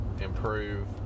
improve